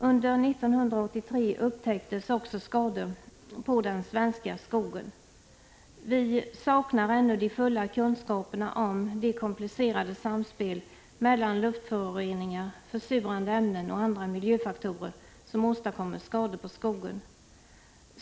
Under 1983 upptäcktes också skador på den svenska skogen. Vi saknar ännu de fulla kunskaperna om de komplicerade samspel mellan luftföroreningar, försurande ämnen och andra miljöfaktorer som åstadkommer skador på skogen.